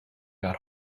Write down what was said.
get